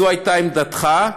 זו הייתה עמדתך,